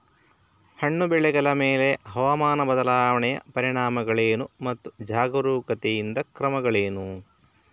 ಹಣ್ಣು ಬೆಳೆಗಳ ಮೇಲೆ ಹವಾಮಾನ ಬದಲಾವಣೆಯ ಪರಿಣಾಮಗಳೇನು ಮತ್ತು ಜಾಗರೂಕತೆಯಿಂದ ಕ್ರಮಗಳೇನು?